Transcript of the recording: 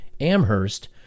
Amherst